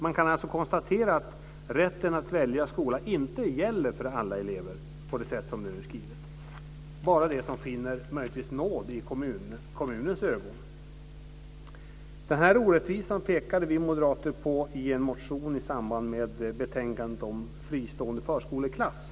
Man kan alltså konstatera att rätten att välja skola inte gäller för alla elever på det sätt som det nu är skrivet, utan bara dem som möjligtvis finner nåd i kommunens ögon. Denna orättvisa pekade vi moderater på i en motion i samband med betänkandet om fristående förskoleklass.